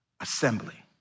assembly